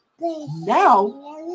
Now